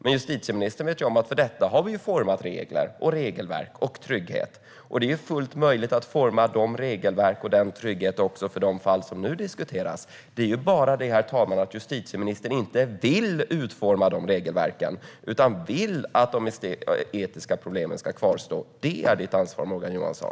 Som justitieministern vet har vi format regelverk och trygghet för detta, och det är fullt möjligt att forma regelverk och trygghet också för de fall som nu diskuteras. Det är bara det, herr talman, att justitieministern inte vill utforma dessa regelverk utan vill att de etiska problemen ska kvarstå. Det är ditt ansvar, Morgan Johansson.